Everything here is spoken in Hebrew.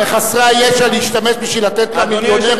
רוצים בחסרי הישע להשתמש בשביל לתת למיליונרים?